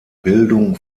bildung